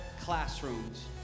classrooms